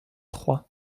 trois